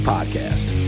Podcast